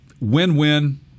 Win-win